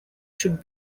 should